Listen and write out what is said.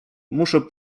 muszę